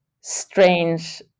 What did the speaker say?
strange